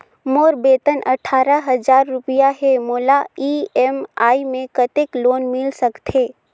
मोर वेतन अट्ठारह हजार रुपिया हे मोला ई.एम.आई मे कतेक लोन मिल सकथे?